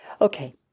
Okay